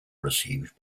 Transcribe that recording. received